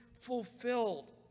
fulfilled